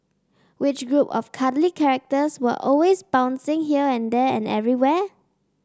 which group of cuddly characters were always bouncing here and there and everywhere